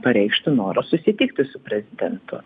pareikštų norą susitikti su prezidentu